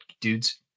dudes